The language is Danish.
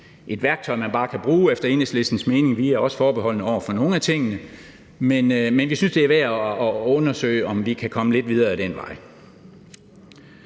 et værktøj, man bare kan bruge, efter Enhedslistens mening, for vi er også forbeholdne over for nogle af tingene, men vi synes, det er værd at undersøge, om vi kan komme lidt videre ad den vej.